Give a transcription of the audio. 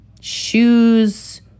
shoes